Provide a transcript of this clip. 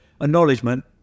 acknowledgement